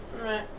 Right